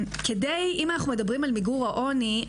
אם אנחנו מדברים על מיגור העוני,